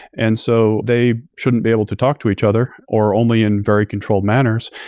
and so they shouldn't be able to talk to each other, or only in very controlled manners.